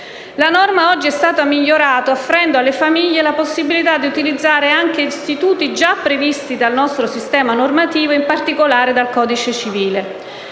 La norma oggi è stata migliorata, offrendo alle famiglie la possibilità di utilizzare anche istituti già previsti dal nostro sistema normativo, in particolare dal codice civile.